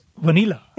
vanilla